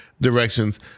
directions